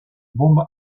bombe